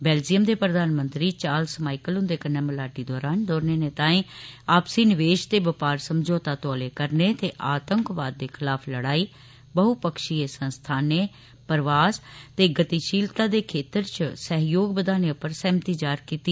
बेलजियम दे प्रधानमंत्री Charles Michel हुन्दे कन्नै मलाटी दौरान दौनें नेताएं आपसी निवेश ते बपार समझौता तौले करने ते आतंकवाद दे खलाफ लड़ाई बहुपक्षिय संस्थानें प्रवास ते गतिशीलता दे क्षेत्रें च सैह्योग बघाने उप्पर सैह्मती जाहिर कीती